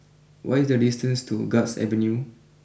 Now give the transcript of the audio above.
what is the distance to Guards Avenue